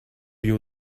your